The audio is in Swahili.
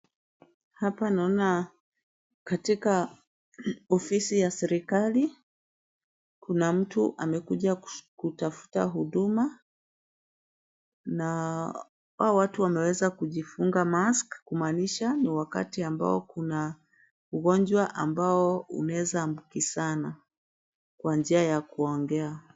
Hapa naona katika ofisi ya serikali. Kuna mtu amekuja kutafuta huduma na hao watu wameweza kujifunga mask kumaanisha ni wakati ambao kuna ugonjwa ambao unaweza ambukizana kwa njia ya kuongea.